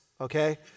okay